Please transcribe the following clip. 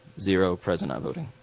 zero present not voting.